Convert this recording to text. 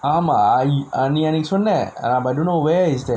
ஆமா நீ அன்னிக்கு சொன்ன:aamaa nee annikku sonna but I don't know where is that